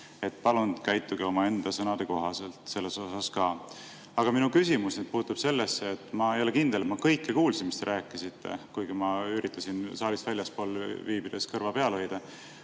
Palun käituge omaenda sõnade kohaselt selles osas ka. Minu küsimus puudutab seda. Ma ei ole kindel, et ma kõike kuulsin, mis te rääkisite, kuigi ma üritasin ka saalist väljaspool viibides kõrva peal hoida.